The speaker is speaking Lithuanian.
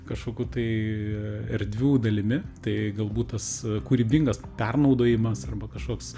kažkokių tai erdvių dalimi tai galbūt tas kūrybingas pernaudojimas arba kažkoks